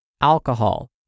Alcohol